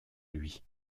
lui